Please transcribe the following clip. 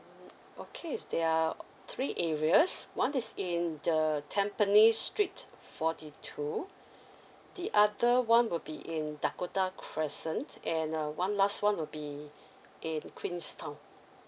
okay there are three areas one is in the tampines street forty two the other one will be in dakota crescent and err one last one will be in queenstown